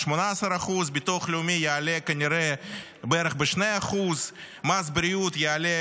ל-18%; ביטוח לאומי יעלה כנראה בערך ב-2%; מס בריאות יעלה